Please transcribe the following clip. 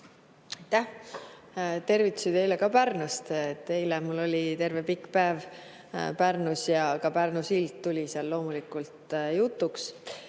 Aitäh! Tervitusi teile ka Pärnust! Eile mul oli terve pikk päev Pärnus ja ka Pärnu sild tuli seal loomulikult jutuks.